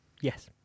Yes